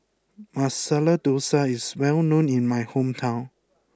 Masala Dosa is well known in my hometown